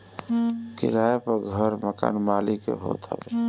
किराए पअ घर मकान मलिक के होत हवे